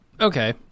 Okay